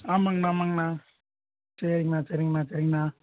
ஆமாங்கண்ணா ஆமாங்கண்ணா சரிங்கண்ணா சரிங்கண்ணா சரிங்கண்ணா